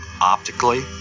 optically